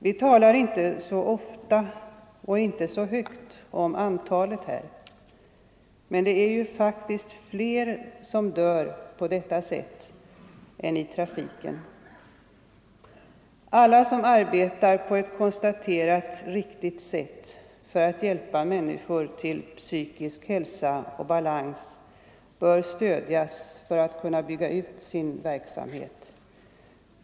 Vi talar inte så ofta och inte så högt om antalet här, men det är faktiskt fler som dör på detta sätt än i trafiken. Alla som arbetar på ett konstaterat riktigt sätt för att hjälpa människor till psykisk hälsa och balans bör stödjas för att de skall kunna bygga ut sin verksamhet.